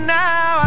now